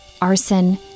arson